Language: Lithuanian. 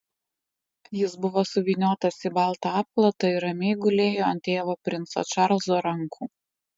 jis buvo suvyniotas į baltą apklotą ir ramiai gulėjo ant tėvo princo čarlzo rankų